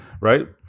Right